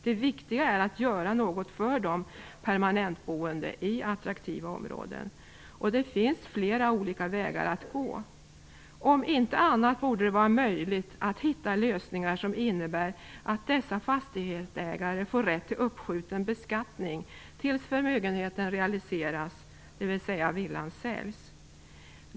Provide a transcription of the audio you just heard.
Det viktiga är att göra något för de permanentboende i attraktiva områden, och det finns flera olika vägar att gå. Om inte annat borde det vara möjligt att hitta lösningar som innebär att dessa fastighetsägare får rätt till uppskjuten beskattning tills förmögenheten realiseras, dvs. villan säljs.